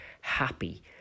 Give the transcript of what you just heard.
happy